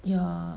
ya